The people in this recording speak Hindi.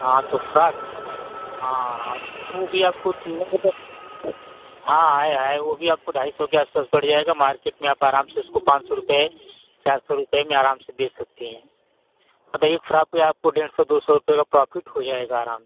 हाँ तो फ्राक ना हाँ हाँ वह भी आपको तीनों पसंद हाँ है है वह भी आपको ढाई सौ के आस पास पड़ जाएगा मार्केट में आप आराम से उसको पाँच सौ रुपए चार सौ रुपये में आराम से बेच सकती हैं मतलब एक फ्रॉक पर आपको डेढ़ सौ दो सौ रुपये का प्राफिट हो जाएगा आराम से